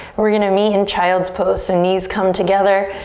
we're gonna meet in child's pose so knees come together,